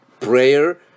prayer